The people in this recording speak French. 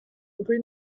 rue